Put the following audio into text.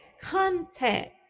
contact